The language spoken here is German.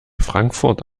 frankfurt